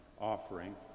offering